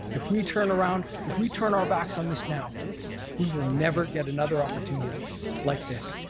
if we turn around if we turn our backs on this now we will never get another opportunity like this.